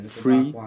free